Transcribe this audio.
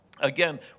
Again